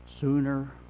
sooner